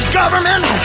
government